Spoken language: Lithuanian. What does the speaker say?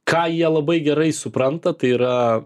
ką jie labai gerai supranta tai yra